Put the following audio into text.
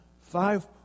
five